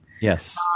Yes